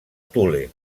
thule